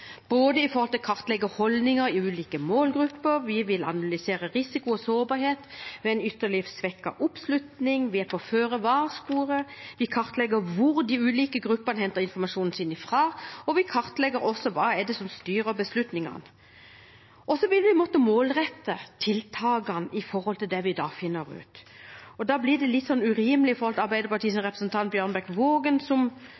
både av det vi har gjort, og det vi holder på med. Vi vil kartlegge holdninger i ulike målgrupper, vi vil analysere risiko og sårbarhet ved en ytterligere svekket oppslutning, vi er på føre-var-sporet, vi kartlegger hvor de ulike gruppene henter informasjonen sin fra, og vi kartlegger også hva det er som styrer beslutningene. Vi vil måtte målrette tiltakene ut fra det vi finner ut. Da blir det litt urimelig